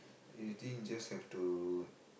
I think just have to